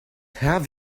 have